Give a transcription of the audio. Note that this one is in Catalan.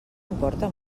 importa